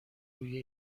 روی